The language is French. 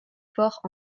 fort